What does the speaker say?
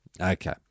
Okay